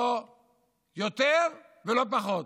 לא יותר ולא פחות.